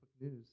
news